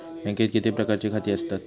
बँकेत किती प्रकारची खाती आसतात?